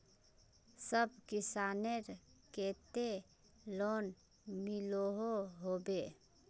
सब किसानेर केते लोन मिलोहो होबे?